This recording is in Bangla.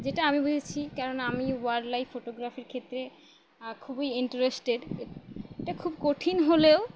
যেটা আমি বুঝেছি কারণ আমি ওয়াইল্ডলাইফ ফটোগ্রাফির ক্ষেত্রে খুবই ইন্টারেস্টেড এটা খুব কঠিন হলেও